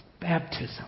baptism